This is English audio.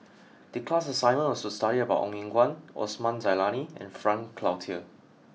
the class assignment was to study about Ong Eng Guan Osman Zailani and Frank Cloutier